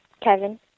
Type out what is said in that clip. Kevin